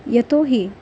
यतो हि